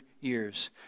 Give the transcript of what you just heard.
years